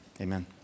amen